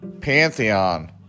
Pantheon